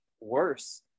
worse